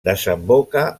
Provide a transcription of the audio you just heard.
desemboca